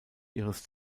ihres